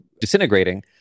disintegrating